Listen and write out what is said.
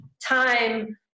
time